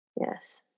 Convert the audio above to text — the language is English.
yes